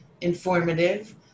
informative